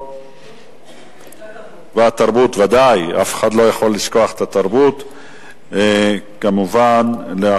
התרבות והספורט נתקבלה.